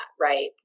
right